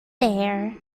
there